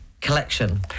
collection